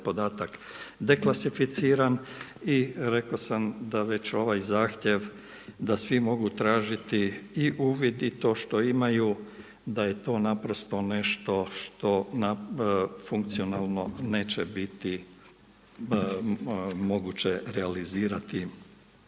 podatak deklasificiran. I rekao sam već da ovaj zahtjev, da svi mogu tražiti i uvid i to što imaju da je to naprosto nešto što funkcionalno neće biti moguće realizirati